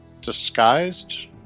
disguised